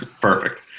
Perfect